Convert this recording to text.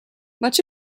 much